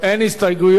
משכו את כל ההסתייגויות.